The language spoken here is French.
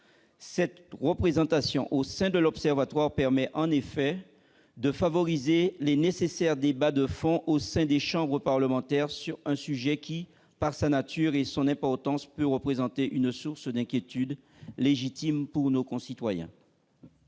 Cette représentation au sein de l'observatoire permettra en effet de favoriser les nécessaires débats de fond au sein des chambres parlementaires sur un sujet qui, par sa nature et son importance, peut représenter une source d'inquiétude légitime pour nos concitoyens.